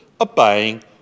obeying